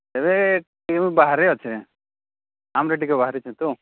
rate ବାହାରେ ଅଛୁ ଆମେ ଟିକେ ବାହାରେ ଅଛୁ ତ